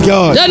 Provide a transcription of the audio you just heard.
God